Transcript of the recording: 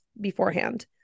beforehand